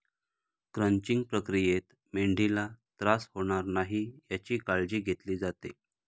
crunching प्रक्रियेत मेंढीला त्रास होणार नाही याची काळजी घेतली जाते